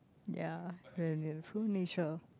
ya through nature